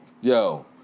Yo